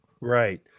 Right